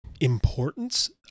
importance